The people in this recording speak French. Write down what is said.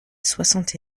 soixante